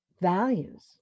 values